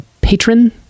patron